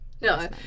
No